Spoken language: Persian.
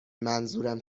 منظورم